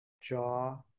jaw